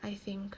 I think